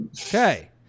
Okay